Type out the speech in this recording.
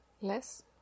Less